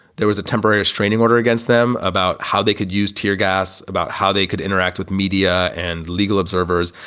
there was a temporary restraining order against them about how they could use tear gas, about how they could interact with media and legal observers,